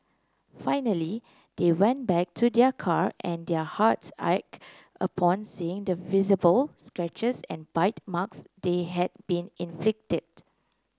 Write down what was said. finally they went back to their car and their hearts ache upon seeing the visible scratches and bite marks they had been inflicted